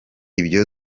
ibyo